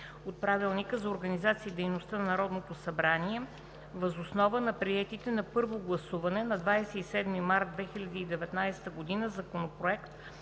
от Правилника за организацията и дейността на Народното събрание въз основа на приетите на първо гласуване на 27 март 2019 г. Законопроект